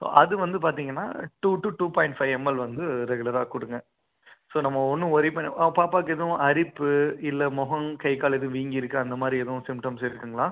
so அது வந்து பார்த்தீங்கன்னா two to two point five ml வந்து ரெகுலராக கொடுங்கள் ஸோ நம்ம ஒன்றும் ஓரி பண் பாப்பாக்கு எதுவும் அரிப்பு இல்லை முகம் கைக்கால் எதுவும் வீங்கிருக்கா அந்த மாதிரி எதுவும் சிம்டம்ஸ் இருக்குங்களா